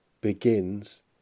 begins